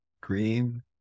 Green